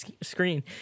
screen